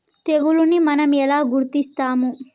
తెగులుని మనం ఎలా గుర్తిస్తాము?